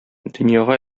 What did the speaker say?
дөньяга